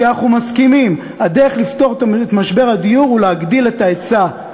כי אנחנו מסכימים: הדרך לפתור את משבר הדיור היא להגדיל את ההיצע.